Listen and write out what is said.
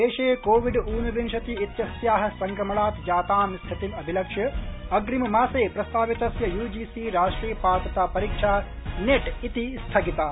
देशे कोविड ऊनविंशति इत्यस्याः संक्रमणात् जातां स्थितिम् अभिलक्ष्य अग्रिममासे प्रस्ताविता यूजीसी राष्ट्रिय पात्रता परीक्षा ने इति स्थगिता